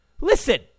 Listen